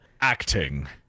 Acting